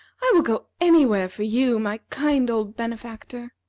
i will go anywhere for you, my kind old benefactor.